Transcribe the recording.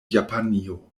japanio